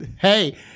Hey